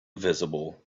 visible